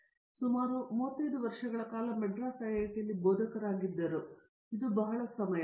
ಇವರು ಸುಮಾರು 35 ವರ್ಷಗಳ ಕಾಲ ಮದ್ರಾಸ್ ಐಐಟಿಯಲ್ಲಿ ಬೋಧಕರಾಗಿದ್ದರು ಇದು ಬಹಳ ಸಮಯ